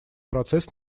процесс